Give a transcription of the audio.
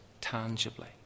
tangibly